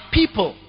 people